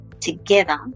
Together